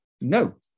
No